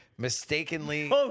Mistakenly